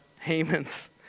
Haman's